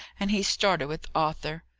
and he started with arthur.